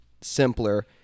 simpler